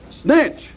Snitch